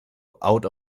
out